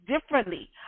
differently